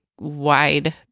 wide